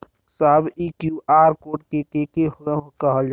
साहब इ QR code के के कहल जाला?